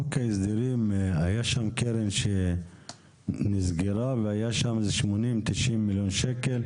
חוק ההסדרים הייתה שם קרן שנסגרה והיה שם איזה 80-90 מיליון שקלים?